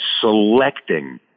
selecting